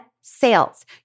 sales